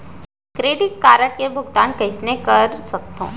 Credit card के भुगतान कइसने कर सकथो?